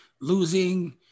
losing